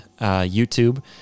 YouTube